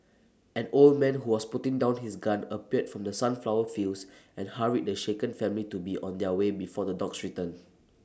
an old man who was putting down his gun appeared from the sunflower fields and hurried the shaken family to be on their way before the dogs return